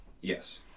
Yes